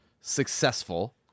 successful